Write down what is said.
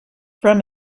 from